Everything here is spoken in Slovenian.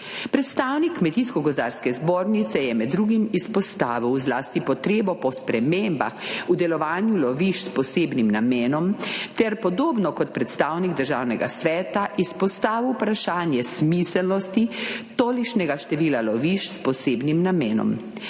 Predstavnik Kmetijsko-gozdarske zbornice je med drugim izpostavil zlasti potrebo po spremembah v delovanju lovišč s posebnim namenom ter podobno kot predstavnik Državnega sveta izpostavil vprašanje smiselnosti tolikšnega števila lovišč s posebnim namenom.